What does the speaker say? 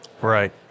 Right